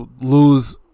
lose